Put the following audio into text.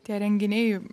tie renginiai